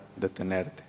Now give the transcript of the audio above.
detenerte